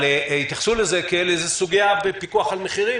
אבל התייחסו לזה כאל איזו סוגיה בפיקוח על המחירים